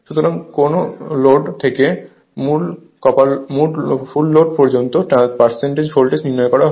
সুতরাং কোন লোড থেকে ফুল লোড পর্যন্ত পার্সেন্টেজ ভোল্টেজ নির্ণয় করা হয়